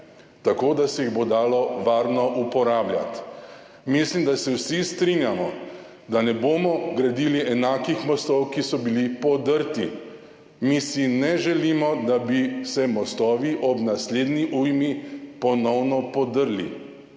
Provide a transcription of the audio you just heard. tako, da se jih bo dalo varno uporabljati. Mislim, da se vsi strinjamo, da ne bomo gradili enakih mostov, kot so bili podrti. Mi si ne želimo, da bi se mostovi ob naslednji ujmi ponovno podrli,